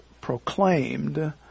proclaimed